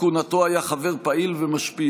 אני לא חובב של טיסות לחו"ל מתוקף תפקידי.